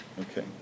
Okay